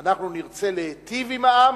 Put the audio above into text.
אנחנו נרצה להיטיב עם העם